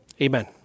Amen